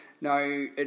no